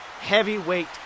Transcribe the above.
Heavyweight